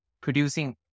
producing